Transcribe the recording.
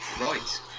Right